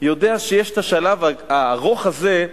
יודע שיש השלב הארוך הזה,